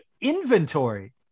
inventory